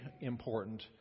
important